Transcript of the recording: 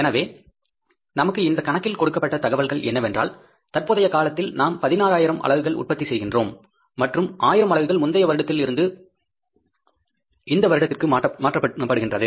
எனவே நமக்கு இந்தகணக்கில் கொடுக்கப்பட்ட தகவல்கள் என்னவென்றால் தற்போதைய காலத்தில் நாம் 16000 அலகுகள் உற்பத்தி செய்கின்றோம் மற்றும் 1000 அலகுகள் முந்தைய வருடத்திலிருந்து இந்த வருடத்திற்கு மாற்றப்படுகின்றது